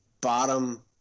bottom